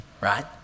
right